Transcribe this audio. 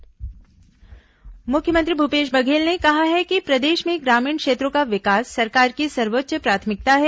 मुख्यमंत्री पाटन दौरा मुख्यमंत्री भूपेश बघेल ने कहा है कि प्रदेश में ग्रामीण क्षेत्रों का विकास सरकार की सर्वोच्च प्राथमिकता है